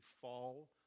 fall